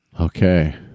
Okay